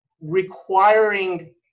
requiring